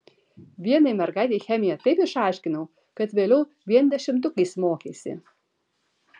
vienai mergaitei chemiją taip išaiškinau kad vėliau vien dešimtukais mokėsi